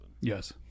Yes